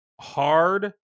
hard